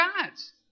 gods